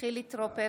חילי טרופר,